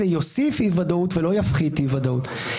יוסיף אי-ודאות ולא יפחית אי-ודאות.